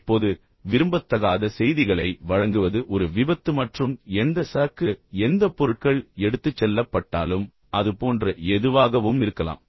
இப்போது விரும்பத்தகாத செய்திகளை வழங்குவது ஒரு விபத்து மற்றும் எந்த சரக்கு எந்த பொருட்கள் எடுத்துச் செல்லப்பட்டாலும் அது போன்ற எதுவாகவும் இருக்கலாம்